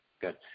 Good